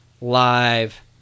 live